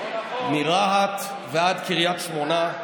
מרהט ועד קריית שמונה,